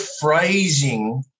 phrasing